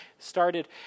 started